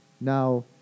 Now